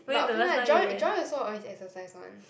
but okay lah Joy Joy also always exercise [one]